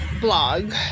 blog